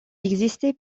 existait